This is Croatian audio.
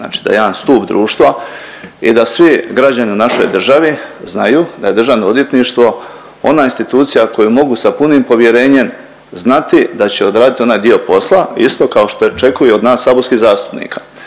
znači da jedan stup društva i da svi građani u našoj državi znaju da je državno odvjetništvo ona institucija koju mogu sa punim povjerenjem znati da će odraditi onaj dio posla isto kao što očekuju i od nas saborskih zastupnika.